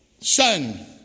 son